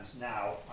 now